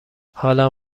حالم